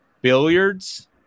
Billiards